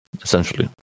essentially